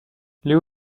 leo